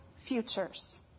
futures